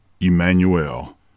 Emmanuel